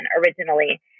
originally